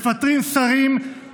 מפטרים שרים,